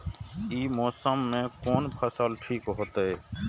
ई मौसम में कोन फसल ठीक होते?